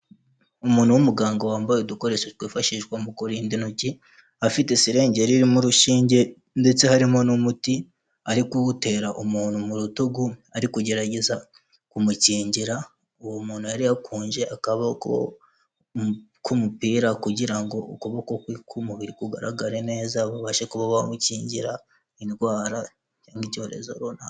Umuntu w'umuganga wambaye udukoresho twifashishwa mu kurinda intoki, afite serenge yari irimo urushinge ndetse harimo n'umuti arikuwutera umuntu mu rutugu, arikugerageza kumukingira, uwo muntu yari yakunje akaboko k'umupira kugira ngo ukuboko kwe k'umubiri kugaragare neza babashe kuba bamukingira indwara nk'icyorezo runaka.